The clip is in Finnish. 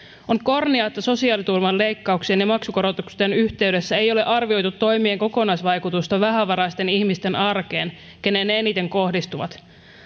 on kornia että sosiaaliturvan leikkauksien ja maksukorotusten yhteydessä ei ole arvioitu toimien kokonaisvaikutusta vähävaraisten ihmisten arkeen johon ne eniten kohdistuvat